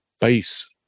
base